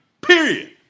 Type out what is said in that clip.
period